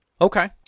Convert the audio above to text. Okay